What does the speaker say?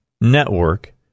network